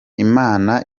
imana